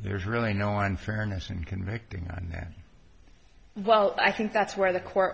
there's really no unfairness in convicting on that well i think that's where the court